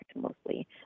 mostly